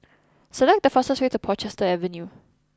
select the fastest way to Portchester Avenue